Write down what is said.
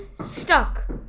stuck